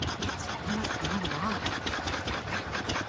it's one of my lies, i've no doubt.